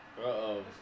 Uh-oh